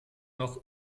noch